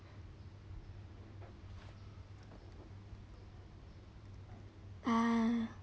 ah